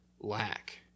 lack